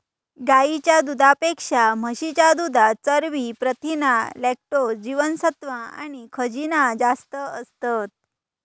गाईच्या दुधापेक्षा म्हशीच्या दुधात चरबी, प्रथीना, लॅक्टोज, जीवनसत्त्वा आणि खनिजा जास्त असतत